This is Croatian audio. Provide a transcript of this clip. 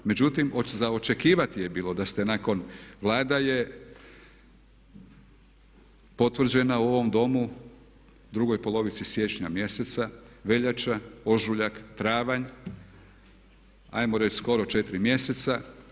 Međutim, za očekivati je bilo da ste nakon, Vlada je potvrđena u ovom Domu, drugoj polovici siječnja mjeseca, veljača, ožujak, travanj, hajmo reći skoro 4 mjeseca.